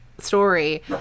story